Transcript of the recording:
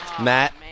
Matt